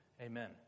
Amen